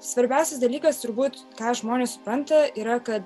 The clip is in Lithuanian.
svarbiausias dalykas turbūt ką žmonės supranta yra kad